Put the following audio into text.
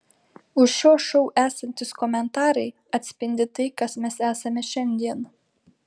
už šio šou esantys komentarai atspindi tai kas mes esame šiandien